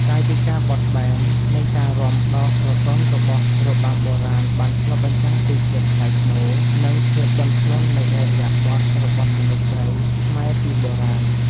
កាយវិការបត់បែន និងការរាំដ៏ស្រទន់របស់របាំបុរាណបានឆ្លុះបញ្ចាំងពីភាពថ្លៃថ្នូរ និងភាពទន់ភ្លន់នៃឥរិយាបថរបស់មនុស្សស្រីខ្មែរពីបុរាណ។